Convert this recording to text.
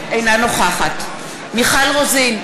אינה נוכחת מיכל רוזין,